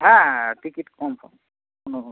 হ্যাঁ ticket confirm হুম হুম